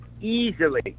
easily